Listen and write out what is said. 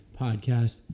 podcast